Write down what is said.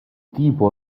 tipo